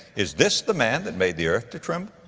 is this the man that made the earth to tremble,